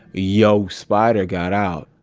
yo spider got out.